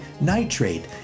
nitrate